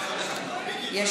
חוק שמוצמד, לא?